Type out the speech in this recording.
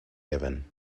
given